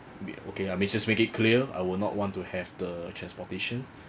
I mean okay I mean just make it clear I would not want to have the transportation